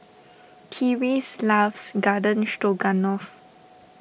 Tyreese loves Garden Stroganoff